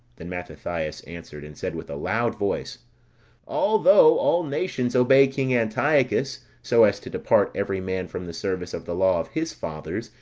then mathathias answered, and said with a loud voice although all nations obey king antiochus, so as to depart every man from the service of the law of his fathers,